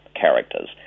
characters